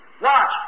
watch